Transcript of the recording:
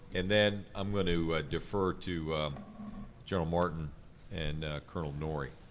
and then i'm going to defer to general martin and colonel norrie.